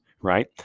Right